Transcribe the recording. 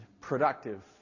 productive